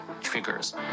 triggers